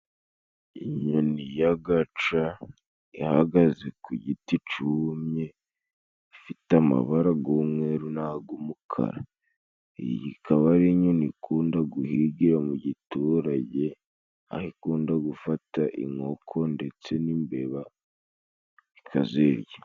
Inyoni y' agaca ihagaze ku giti cumye, ifite amabara y' umweru n' ay' umukara; iyi ikaba ari nyoni ikunda guhigira mu giturage, aho ikunda gufata inkoko ndetse n' imbeba ikazirya.